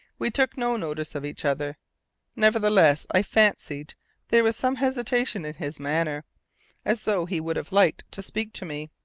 we took no notice of each other nevertheless, i fancied there was some hesitation in his manner as though he would have liked to speak to me.